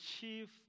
chief